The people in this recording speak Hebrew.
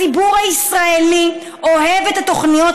הציבור הישראלי אוהב את התוכניות,